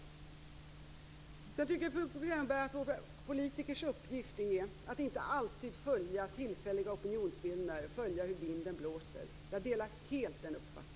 Bo Könberg tycker dessutom att det är politikers uppgift att inte alltid följa tillfälliga opinioner, inte följa hur vinden blåser. Jag delar helt den uppfattningen.